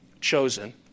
chosen